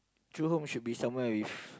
true home should be somewhere with